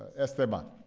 esteban.